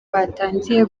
batangiye